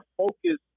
focus